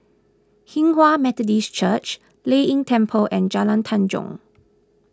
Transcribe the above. Hinghwa Methodist Church Lei Yin Temple and Jalan Tanjong